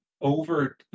over